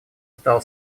стало